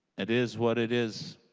it is what it is.